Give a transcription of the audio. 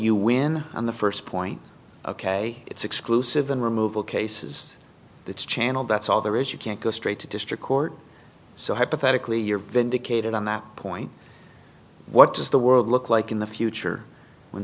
you win on the first point ok it's exclusive in removal cases that's channel that's all there is you can't go straight to district court so hypothetically you're vindicated on that point what does the world look like in the future when